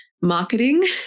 marketing